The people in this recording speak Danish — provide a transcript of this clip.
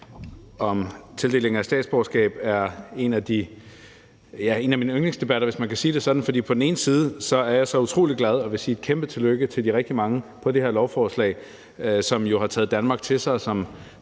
om tildeling af statsborgerskab er en af mine yndlingsdebatter, hvis man kan sige det sådan, for på den ene side er jeg så utrolig glad og vil sige et kæmpe tillykke til de rigtig mange på det her lovforslag, som jo har taget Danmark til sig,